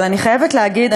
אבל אני חייבת להגיד,